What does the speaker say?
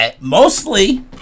mostly